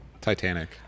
Titanic